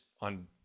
on